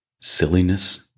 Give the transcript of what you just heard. silliness